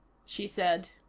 she said.